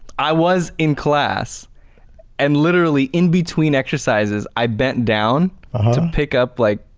i was in class and literally in between exercises, i bent down to pick up like